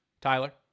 Tyler